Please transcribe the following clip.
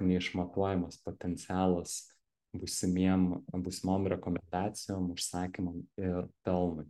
neišmatuojamas potencialas būsimiem būsimom rekomendacijom užsakymam ir pelnui